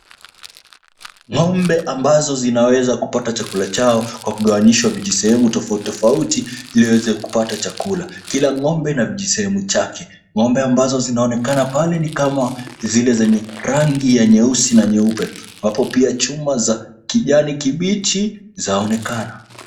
Ng'ombe ambazo zinaweza kupata chakula chao kwa kugawanyishwa vijisehemu tofauti tofauti ili ziweze kupata chakula. Kila ng'ombe ina kijisehemu chake. Ng'ombe ambazo zinaonekana pale ni kama zile zenye rangi ya nyeusi na nyeupe. Hapo pia chuma za kijani kibichi zaonekana.